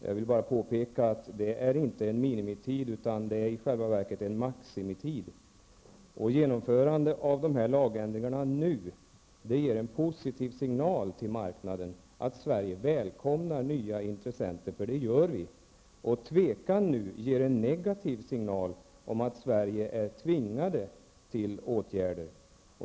Jag vill bara påpeka att det inte är en minimitid -- det är i själva verket en maximitid. Genomförande av de här lagändringarna nu ger en positiv signal till marknaden att Sverige välkomnar nya intressenter, för det gör vi. Tvekan nu ger en negativ signal om att Sverige är tvingat till åtgärder.